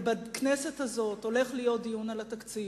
בכנסת הזאת הולך להיות דיון על התקציב.